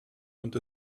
und